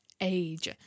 age